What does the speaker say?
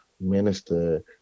minister